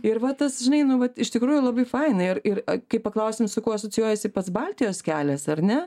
ir va tas žinai nu vat iš tikrųjų labai faina ir ir kai paklausėm su kuo asocijuojasi pats baltijos kelias ar ne